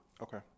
Okay